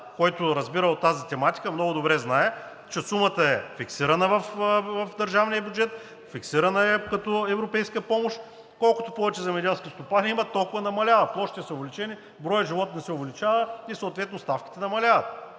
Който разбира от тази тематика, много добре знае, че сумата е фиксирана в държавния бюджет, фиксирана е като европейска помощ. Колкото повече земеделски стопани има, толкова намалява – площите са увеличени, броят животни се увеличава и съответно ставките намаляват.